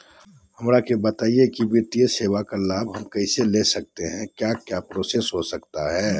हमरा के बताइए की वित्तीय सेवा का लाभ हम कैसे ले सकते हैं क्या क्या प्रोसेस हो सकता है?